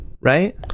right